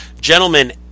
Gentlemen